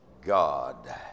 God